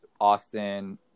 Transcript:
Austin